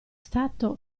stato